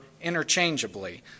interchangeably